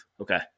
Okay